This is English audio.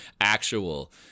actual